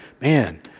man